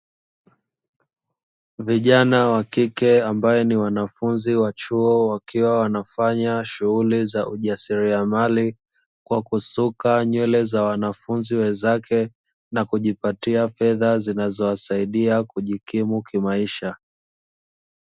Vijana wa kike ambao ni wanafunzi wa chuo, wakiwa wanafanya shughuli za ujasiriamali, kwa kusuka nywele za wanafunzi wenzake na kujipatia fedha zinazowasaidia kujikimu kimaisha.